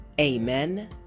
amen